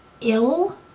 ill